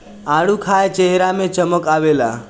आडू खाए चेहरा में चमक आवेला